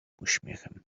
uśmiechem